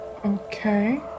Okay